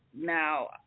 now